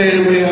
20 9